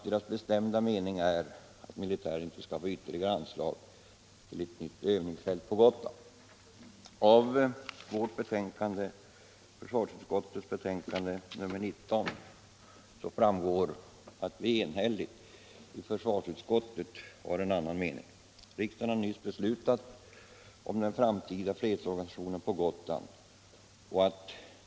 Vår bestämda mening är att militären inte skall få ytterligare anslag för ett nytt övningsfält på Gotland.” Av försvarsutskottets betänkande nr 19 framgår att försvarsutskottet har en annan mening. Riksdagen har nyss beslutat om den framtida fredsorganisationen på Gotland.